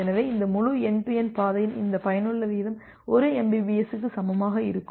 எனவே இந்த முழு என்டு டு என்டு பாதையின் இந்த பயனுள்ள வீதம் 1 mbps க்கு சமமாக இருக்கும்